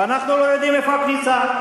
ואנחנו לא יודעים איפה הכניסה.